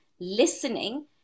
listening